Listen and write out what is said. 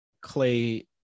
clay